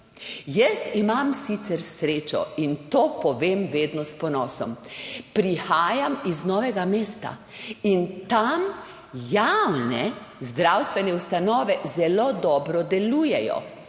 Jaz imam sicer srečo in to povem vedno s ponosom, prihajam iz Novega mesta in tam javne zdravstvene ustanove zelo dobro delujejo